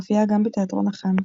מופיעה גם בתיאטרון החאן.